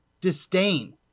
disdain